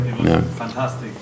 fantastic